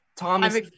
Thomas